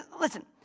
Listen